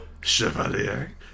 Chevalier